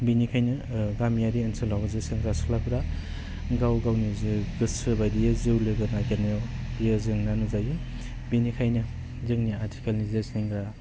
बिनिखायनो गामियारि ओनसोलाव जे सेंग्रा सिख्लाफ्रा गाव गावनि जि गोसो बायदियै जिउ लोगो नागिरनायाव बियो जेंना नुजायो बेनिखायनो जोंनि आथिखालनि जे सेंग्रा